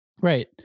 right